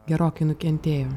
gerokai nukentėjo